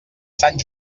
sant